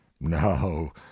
No